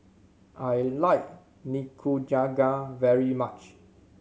I like Nikujaga very much